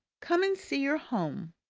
come and see your home!